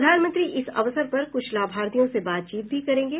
प्रधानमंत्री इस अवसर पर कुछ लाभार्थियों से बातचीत भी करेंगे